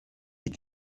est